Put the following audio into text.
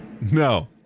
No